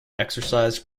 exercised